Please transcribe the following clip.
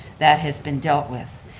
that has been dealt with.